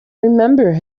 remember